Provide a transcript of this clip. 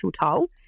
toll